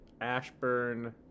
Ashburn